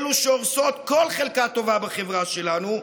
אלו שהורסות כל חלקה טובה בחברה שלנו.